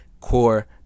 core